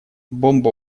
бомба